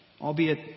Albeit